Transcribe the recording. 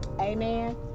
Amen